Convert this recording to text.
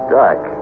dark